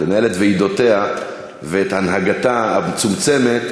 תנהל את ועידותיה ואת הנהגתה המצומצמת,